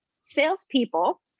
salespeople